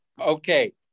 Okay